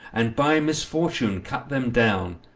and by misfortune cut them down,